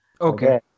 Okay